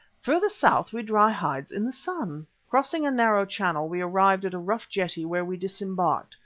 further south we dry hides in the sun. crossing a narrow channel we arrived at a rough jetty where we disembarked,